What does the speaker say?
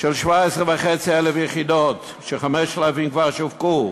17,500 יחידות, 5,000 כבר שווקו,